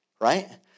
Right